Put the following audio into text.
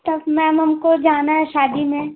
तब मैम हमको जाना है शादी में